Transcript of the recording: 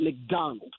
McDonald